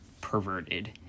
perverted